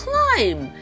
Climb